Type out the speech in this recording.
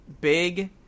big